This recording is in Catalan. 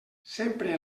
sempre